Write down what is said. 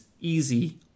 easy